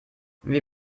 wie